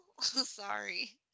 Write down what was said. sorry